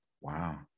wow